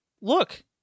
Look